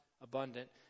abundant